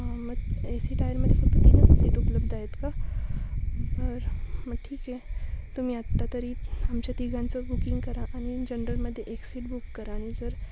म A C टायरमध्ये फक्त तीनच सीट उपलब्ध आहेत का बरं मग ठीक आहे तुम्ही आत्ता तरी आमच्या तिघांचं बुकिंग करा आणि जनरलमध्ये एक सीट बुक करा आणि जर